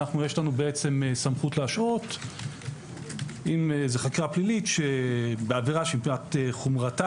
יש לנו סמכות להשעות אם זו חקירה פלילית בעבירה שמפאת חומרתה